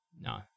No